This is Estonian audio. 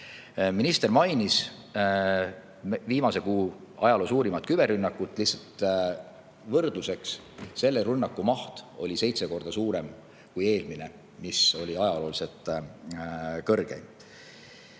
Minister mainis viimasel kuul [toimunud] ajaloo suurimat küberrünnakut. Lihtsalt võrdluseks: selle rünnaku maht oli seitse korda suurem kui eelmisel, mis oli ajalooliselt kõrgeim.